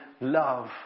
love